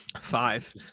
five